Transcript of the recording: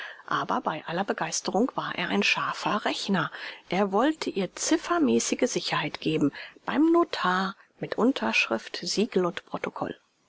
aber bei aller begeisterung war er ein scharfer rechner er wollte ihr ziffermäßige sicherheit geben beim notar mit unterschrift siegel und protokoll